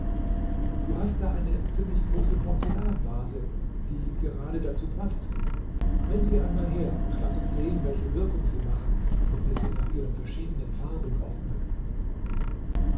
du hast da eine ziemlich große porzellanvase die gerade dazu paßt bring sie einmal her und laß uns sehen welche wirkung sie machen wenn wir sie nach ihren verschiedenen farben ordnen